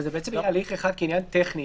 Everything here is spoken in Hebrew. זה בעצם תהליך אחד כעניין טכני.